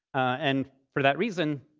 and for that reason,